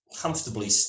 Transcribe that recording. comfortably